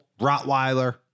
Rottweiler